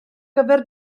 gyfer